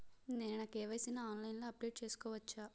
నేను నా కే.వై.సీ ని ఆన్లైన్ లో అప్డేట్ చేసుకోవచ్చా?